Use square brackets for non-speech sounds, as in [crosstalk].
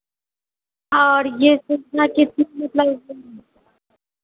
और यह [unintelligible] कितने मतलब